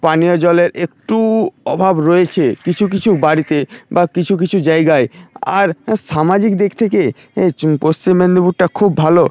পানীয় জলের একটু অভাব রয়েছে কিছু কিছু বাড়িতে বা কিছু কিছু জায়গায় আর সামাজিক দিক থেকে এই য পশ্চিম মেদিনীপুরটা খুব ভালো